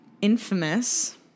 infamous